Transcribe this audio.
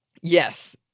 yes